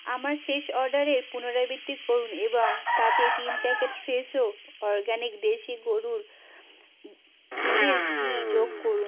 আমার শেষ অর্ডারের পুনরাবৃত্তি করুন এবং তাতে তিন প্যাকেট ফ্রেশো অরগ্যানিক দেশি গরুর দুধের ঘি যোগ করুন